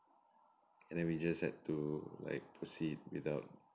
and then we just had to like proceed without